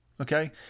okay